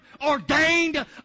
ordained